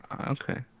Okay